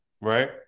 Right